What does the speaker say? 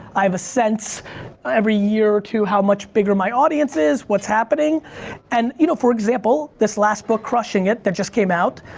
i have a sense every year or two how much bigger my audience is, what's happening and you know for example, this last book crushing it that just came out,